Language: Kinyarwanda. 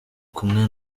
kumwe